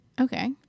Okay